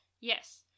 Yes